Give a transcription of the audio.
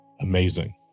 amazing